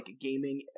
gaming